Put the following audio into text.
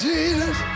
Jesus